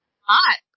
Hot